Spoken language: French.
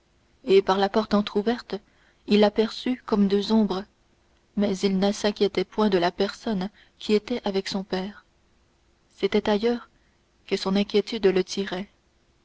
et par la porte il ne s'inquiéta point de la personne qui était avec son père c'était ailleurs que son inquiétude le tirait